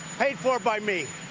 paid for by me.